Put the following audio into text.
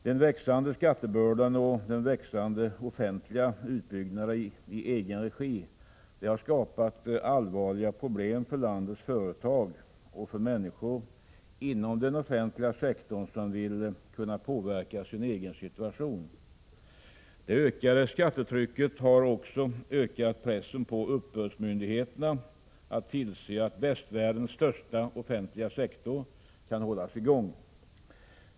Den växande skattebördan och den växande offentliga utbyggnaden i egen regi har skapat allvarliga problem för landets företag och för människor inom den offentliga sektorn som vill kunna påverka sin egen situation. Det ökade skattetrycket har också ökat pressen på uppbördsmyndigheterna att tillse att västvärldens största offentliga sektor kan hållas i gång.